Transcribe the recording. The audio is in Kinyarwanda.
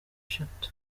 eshatu